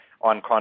on